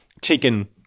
taken